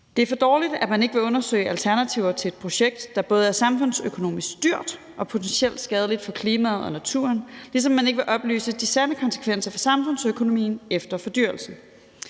Det er for dårligt, at man ikke vil undersøge alternativer til et projekt, der både er samfundsøkonomisk dyrt og potentielt skadeligt for klimaet og naturen, ligesom man ikke vil oplyse de sande konsekvenser for samfundsøkonomien efter fordyrelsen.